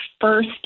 first